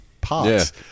parts